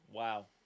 Wow